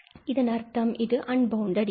அதன் அர்த்தம் இது அன்பவுண்டட் எண்